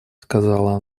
сказала